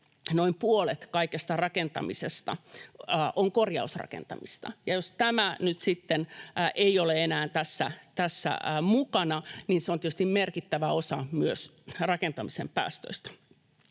noin puolet kaikesta rakentamisesta on korjausrakentamista, ja jos tämä nyt sitten ei ole enää tässä mukana, niin se on tietysti merkittävä osa myös rakentamisen päästöistä.